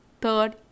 Third